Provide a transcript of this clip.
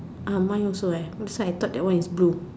uh mine also eh so I thought that one is blue